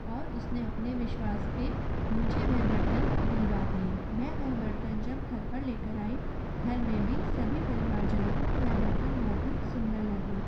और उसने अपने विश्वास पर मुझे वह बर्तन दिलवा दिए मैं वह बर्तन जब घर पर लेकर आई घर में भी सभी परिवार जनों को वह बर्तन बहुत ही सुंदर लगे